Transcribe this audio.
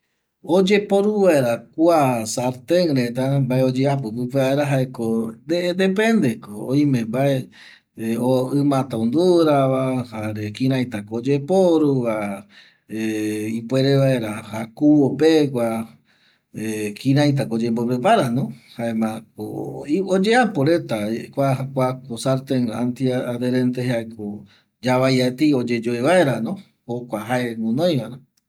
Oyeporu vaera kua sarten reta mbae oyeapo pƚpe vaera jaeko dependeko oime mbae imata ondurava jare kiraitakooyeporuva ipuere vaera jakuvope kua kiraitako oyembopreparano jaemako oyeapo reta kua kuako sarten anti aderente jaeko yavaiaetei oyeyoevaerano jokua jae guinoivano